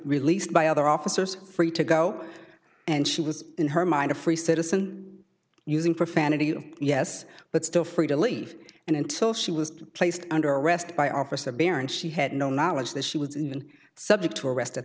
released by other officers free to go and she was in her mind a free citizen using profanity yes but still free to leave and until she was placed under arrest by officer barron she had no knowledge that she was even subject to arrest at